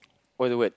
what the word